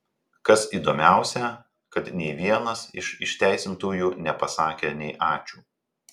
kas įdomiausią kad nei vienas iš išteisintųjų nepasakė nei ačiū